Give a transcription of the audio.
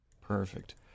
Perfect